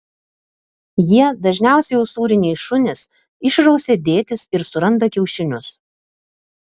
jie dažniausiai usūriniai šunys išrausia dėtis ir suranda kiaušinius